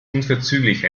unverzüglich